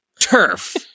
Turf